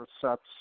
sets